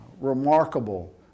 remarkable